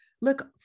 look